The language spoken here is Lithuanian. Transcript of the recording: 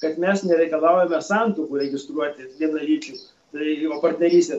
kad mes nereikalaujame santuokų registruoti vienaličiais tai o partnerystė